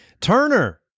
Turner